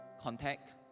contact